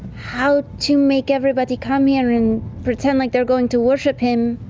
how to make everybody come here and pretend like they're going to worship him.